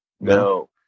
No